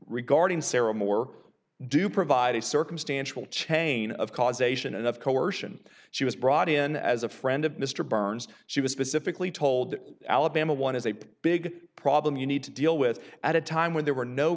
regarding sarah moore do provide a circumstantial chain of causation and of coercion she was brought in as a friend of mr burns she was specifically told alabama one is a big problem you need to deal with at a time when there were no